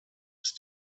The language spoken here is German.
ist